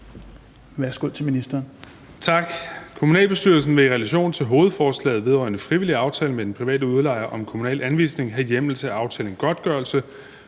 (Kaare Dybvad Bek): Tak. Kommunalbestyrelsen vil i relation til hovedforslaget vedrørende frivillig aftale med den private udlejer om kommunal anvisning have hjemmel til at aftale en godtgørelse,